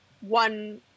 one